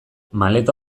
maleta